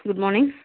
good morning